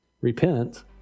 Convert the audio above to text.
Repent